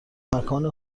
مکان